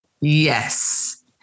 Yes